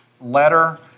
letter